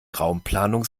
raumplanung